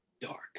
Dark